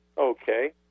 Okay